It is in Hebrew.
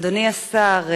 אדוני השר,